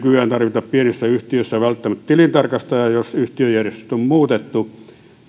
tarvita pienissä yhtiöissä välttämättä tilintarkastajaa jos yhtiöjärjestystä on muutettu